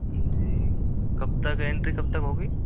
जी कब तक एंट्री कब तक होगी